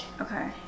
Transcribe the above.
Okay